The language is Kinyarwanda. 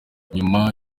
nyuma